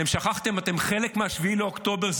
אתם שכחתם, אתם חלק מ-7 באוקטובר.